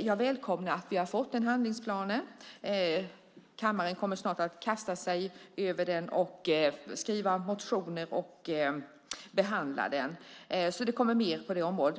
Jag välkomnar att vi har fått den handlingsplanen. Kammaren kommer snart att kasta sig över den och skriva motioner och behandla den. Det kommer alltså mer på detta område.